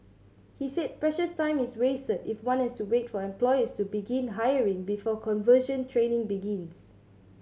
he said precious time is wasted if one has to wait for employers to begin hiring before conversion training begins